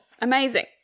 Amazing